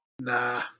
Nah